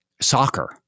soccer